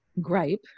gripe